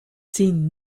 seen